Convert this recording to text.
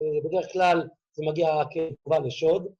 בדרך כלל זה מגיע רק כתגובה לשוד